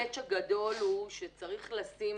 צריך לשים